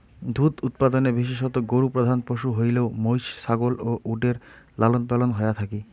দুধ উৎপাদনে বিশেষতঃ গরু প্রধান পশু হইলেও মৈষ, ছাগল ও উটের লালনপালন হয়া থাকি